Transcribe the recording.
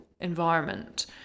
environment